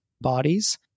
bodies